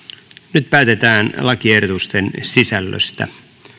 nyt päätetään lakiehdotusten sisällöstä